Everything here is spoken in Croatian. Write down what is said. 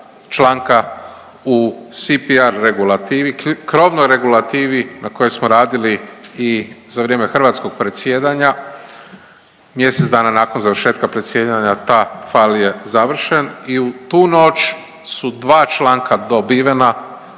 članka u CPR regulativi, krovnoj regulativi na kojoj smo radili i za vrijeme hrvatskog predsjedanja, mjesec dana nakon završetka predsjedanja, .../Govornik se ne razumije./... je završen i u tu noć su dva članka dobivena,